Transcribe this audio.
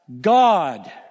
God